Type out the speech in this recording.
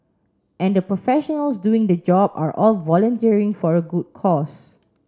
and the professionals doing the job are all volunteering for a good cause